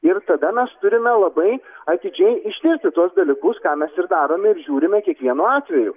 ir tada mes turime labai atidžiai ištirti tuos dalykus ką mes ir darome ir žiūrime kiekvienu atveju